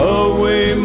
away